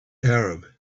arab